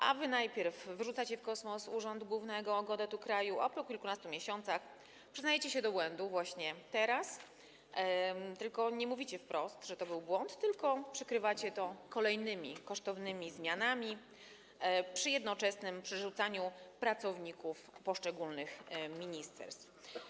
A wy najpierw wyrzucacie w kosmos urząd głównego geodety kraju, a po kilkunastu miesiącach przyznajecie się do błędu, właśnie teraz, tylko nie mówicie wprost, że to był błąd, tylko przykrywacie to kolejnymi kosztownymi zmianami przy jednoczesnym przerzucaniu pracowników poszczególnych ministerstw.